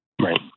Right